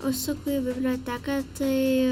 užsuku į biblioteką tai